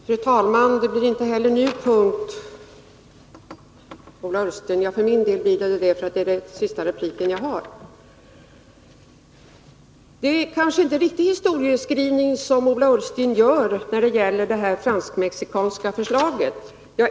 Fru talman! Jag kan inte heller nu sätta punkt, Ola Ullsten. Ja, för mig blir det väl så, eftersom detta är den sista replik jag har. Ola Ullstens historieskrivning var kanske inte riktig när det gällde det fransk-mexikanska förslaget.